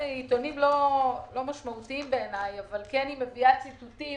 עיתונים לא משמעותיים בעיניי אבל היא כן מביאה ציטוטים